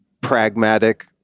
pragmatic